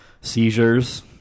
Seizures